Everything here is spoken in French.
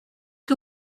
que